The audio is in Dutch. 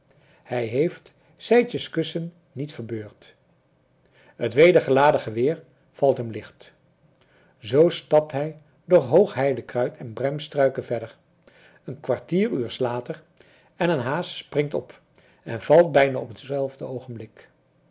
hij heeft sijtjes kussen niet verbeurd het weder geladen geweer valt hem licht zoo stapt hij door hoog heidekruid en bremstruiken verder een kwartier uurs later en een haas springt op en valt bijna op hetzelfde oogenblik